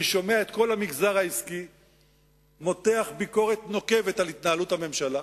אני שומע את כל המגזר העסקי מותח ביקורת נוקבת על התנהלות הממשלה,